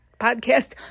podcast